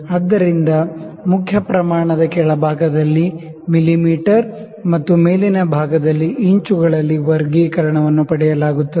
ಆದ್ದರಿಂದ main scale ದ ಕೆಳಭಾಗದಲ್ಲಿ ಮಿಲಿಮೀಟರ್ ಮತ್ತು ಮೇಲಿನ ಭಾಗದಲ್ಲಿ ಇಂಚುಗಳಲ್ಲಿ ವರ್ಗೀಕರಣವನ್ನು ಪಡೆಯಲಾಗುತ್ತದೆ